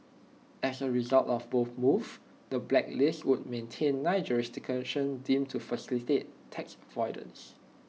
as A result of both moves the blacklist would maintain nine jurisdictions deemed to facilitate tax avoidance